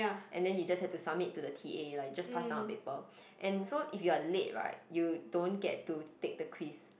and then you just have to submit to the t_a like you just pass down the paper and so if you are late right you don't get to take the quiz